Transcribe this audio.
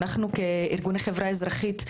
אנחנו כארגוני חברה אזרחית,